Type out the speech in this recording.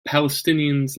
palestinians